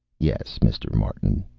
yes, mr. martin,